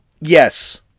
Yes